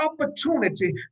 opportunity